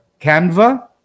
Canva